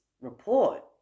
report